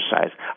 exercise